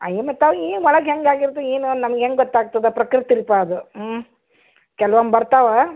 ಅಯ್ಯಮ್ಮ ತಾಯಿ ಒಳಗೆ ಹೇಗಾಗಿರ್ತೊ ಏನೋ ನಮ್ಗೆ ಹೆಂಗ್ ಗೊತ್ತಾಗ್ತದೆ ಪ್ರಕೃತಿ ರೂಪ ಅದು ಹ್ಞೂ ಕೆಲವೊಮ್ಮೆ ಬರ್ತವೆ